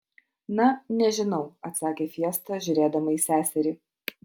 na nežinau atsakė fiesta žiūrėdama į seserį